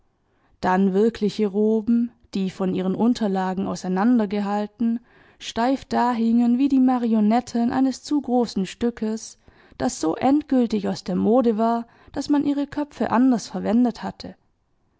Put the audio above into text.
dann wirkliche roben die von ihren unterlagen auseinander gehalten steif dahingen wie die marionetten eines zu großen stückes das so endgültig aus der mode war daß man ihre köpfe anders verwendet hatte